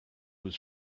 was